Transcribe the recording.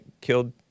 killed